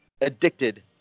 addicted